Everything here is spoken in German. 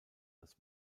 als